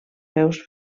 veus